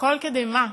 הכול כדי מה?